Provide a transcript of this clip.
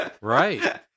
Right